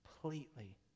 completely